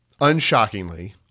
Unshockingly